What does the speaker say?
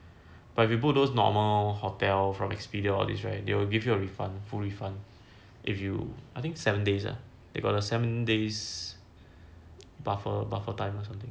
but if you book those normal hotel from expedia all these right they will give you a refund full refund if you I think seven days ah they got the seven days buffer buffer time or something